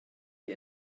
die